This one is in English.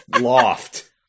loft